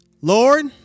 Lord